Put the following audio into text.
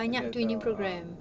ada [tau] ah